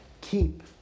keep